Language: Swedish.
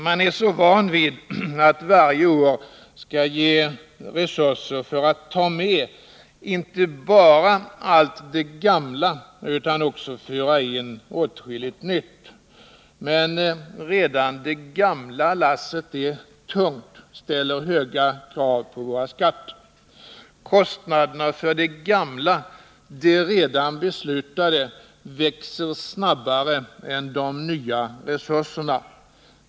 Man är så van vid att varje år skall ge resurser för att inte bara ta med allt det gamla utan också föra in åtskilligt nytt. Men redan det gamla lasset är tungt och ställer höga krav på våra skatter. Kostnaderna för det gamla, det redan beslutade, växer snabbare än de nya resurserna.